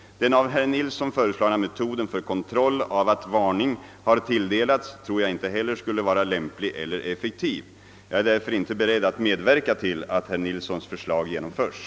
Den av herr Nilsson föreslagna metoden för kontroll av att varning tilldelats tror jag inte heller skulle vara lämplig eller effektiv. Jag är därför inte beredd att medverka till att herr Nilssons förslag genomförs.